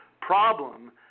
Problem